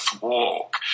Walk